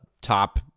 top